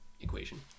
equation